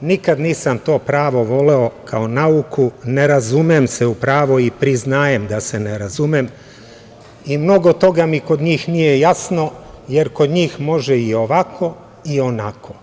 nikad nisam to pravo voleo kao nauku, ne razumem se u pravo i priznajem da se ne razumem i mnogo toga mi kod njih nije jasno, jer kod njih može i ovako i onako.